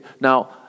now